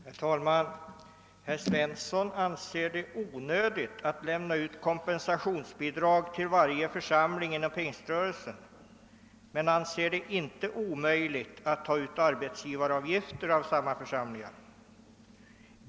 Herr talman! Herr Svensson i Kungälv anser det onödigt att lämna ut kompensationsbidrag till varje församling inom pingströrelsen. Men han anser det inte omöjligt att ta ut arbetsgivaravgifter av samma församlingar.